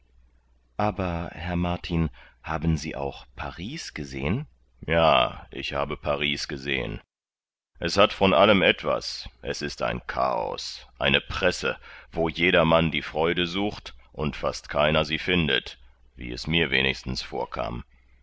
aber herr martin haben sie auch paris gesehen ja ich habe paris gesehen es hat von allem etwas es ist ein chaos eine presse wo jedermann die freude sucht und fast keiner sie findet wie es mir wenigstens vorkam